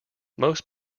most